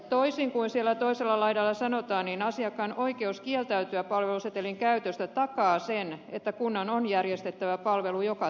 toisin kuin siellä toisella laidalla sanotaan asiakkaan oikeus kieltäytyä palvelusetelin käytöstä takaa sen että kunnan on järjestettävä palvelu joka tapauksessa